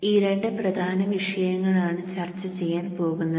ഈ രണ്ട് പ്രധാന വിഷയങ്ങൾ ആണ് ചർച്ച ചെയ്യാൻ പോകുന്നത്